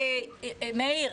מאיר,